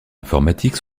informatiques